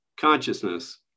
consciousness